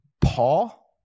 Paul